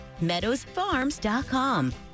MeadowsFarms.com